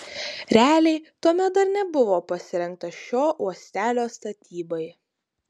realiai tuomet dar nebuvo pasirengta šio uostelio statybai